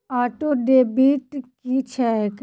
Auto debit की छैक?